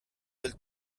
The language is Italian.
del